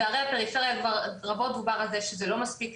בערי הפריפריה כבר רבות דובר על זה שזה לא מספיק,